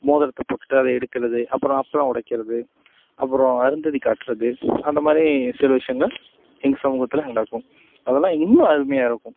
மோதிரத்த போட்டுட்டு அதை எடுக்கிறது அப்புறம் அப்பளம் உடைக்கிறது அப்புறம் அருந்ததி காட்டுறது அந்த மாதிரி சில விஷயங்கள் எங்கள் சமூகத்தில் நடக்கும் அதெல்லாம் இன்னும் அருமையாயிருக்கும்